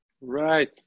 right